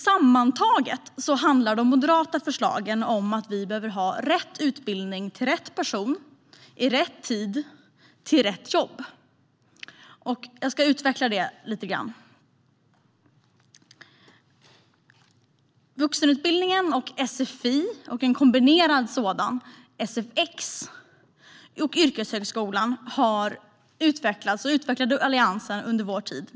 Sammantaget handlar de moderata förslagen om att vi behöver ha rätt utbildning till rätt person, vid rätt tid och till rätt jobb. Jag ska utveckla detta lite grann. Vuxenutbildningen och sfi och en kombinerad sådan, sfx, och yrkeshögskolan utvecklades av Alliansen under vår tid.